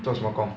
做什么工